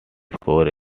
score